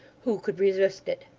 who could resist it?